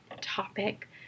topic